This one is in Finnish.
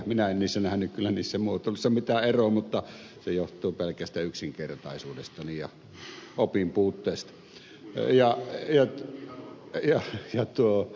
minä en kyllä nähnyt niissä muotoiluissa mitään eroa mutta se johtuu pelkästä yksinkertaisuudestani ja opin puutteesta